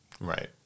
Right